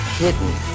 Hidden